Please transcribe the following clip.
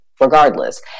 regardless